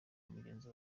mugenzi